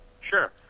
Sure